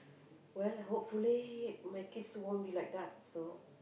well hopefully my kids won't be like that so